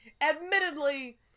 admittedly